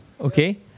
Okay